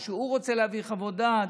או שהוא רוצה להביא חוות דעת.